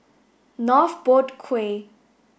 North Boat Quay